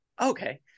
Okay